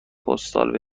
پستال